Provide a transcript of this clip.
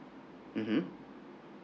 mmhmm